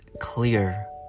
clear